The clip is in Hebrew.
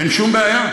אין שום בעיה.